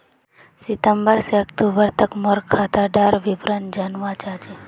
सितंबर से अक्टूबर तक मोर खाता डार विवरण जानवा चाहची?